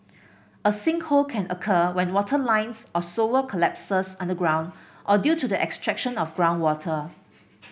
a sinkhole can occur when water lines or sewer collapses underground or due to the extraction of groundwater